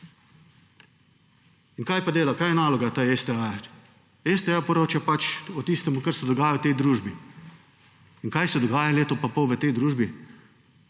In kaj pa dela, kaj je naloga tega STA? STA poroča pač o tistem, kar se dogaja v tej družbi. In kaj se dogaja leto in pol v tej družbi?